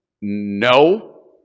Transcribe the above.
no